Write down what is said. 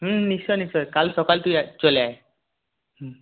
হুম নিশ্চয়ই নিশ্চয়ই কাল সকালে তুই আয় চলে আয় হুম